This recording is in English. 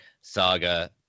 saga